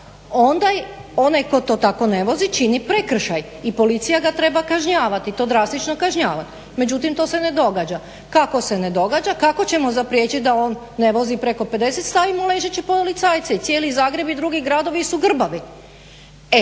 onda onaj tko to tako ne vozi čini prekršaj i policija ga treba kažnjavati, to drastično kažnjavati, međutim to se ne događa. Kako se ne događa, kako ćemo zapriječit da on ne vozi preko 50, stavimo ležeće policajce i cijeli Zagreb i drugi gradovi su grbavi.